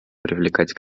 привлекать